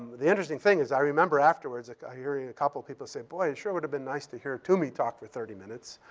the interesting thing is, i remember afterwards like hearing a couple people say, boy, it sure would've been nice to hear twomey talk for thirty minutes.